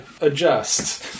adjust